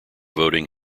voting